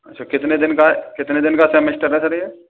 अच्छा कितने दिन का कितने दिन का सेमेस्टर है सर यह